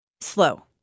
slow